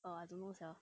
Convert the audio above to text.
err I don't know sia